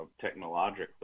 technologically